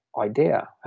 idea